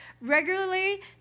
regularly